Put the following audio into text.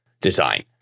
design